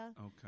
Okay